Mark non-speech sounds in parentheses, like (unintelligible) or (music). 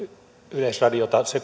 yleisradiota se (unintelligible)